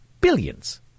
billions